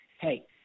hey